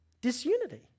disunity